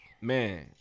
Man